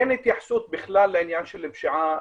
אין התייחסות בכלל לעניין של פשיעה